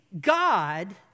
God